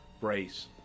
brace